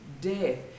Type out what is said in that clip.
death